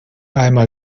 einmal